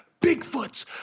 Bigfoots